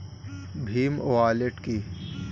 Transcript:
Bhim wallet কি?